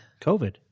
covid